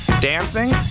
dancing